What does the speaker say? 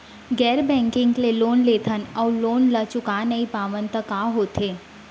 गैर बैंकिंग ले लोन लेथन अऊ लोन ल चुका नहीं पावन त का होथे?